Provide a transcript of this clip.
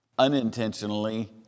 unintentionally